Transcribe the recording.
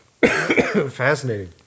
Fascinating